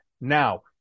Now